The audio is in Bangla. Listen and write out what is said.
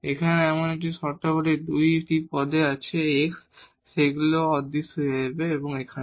এখানে এবং এই সমস্ত শর্তাবলী এই 2 টি টার্মে x আছে তাই সেগুলি অদৃশ্য হয়ে যাবে এখানে